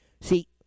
See